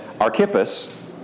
Archippus